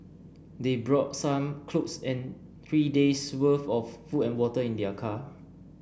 they brought some clothes and three days'worth of food and water in their car